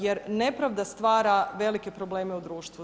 Jer nepravda stvara velike probleme u društvu.